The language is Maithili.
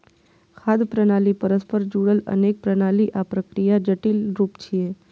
खाद्य प्रणाली परस्पर जुड़ल अनेक प्रणाली आ प्रक्रियाक जटिल रूप छियै